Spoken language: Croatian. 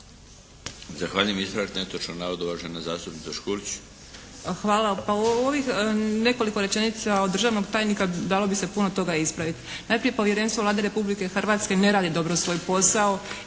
Zahvaljujem. Ispravak netočnog navoda uvažena zastupnica Škulić.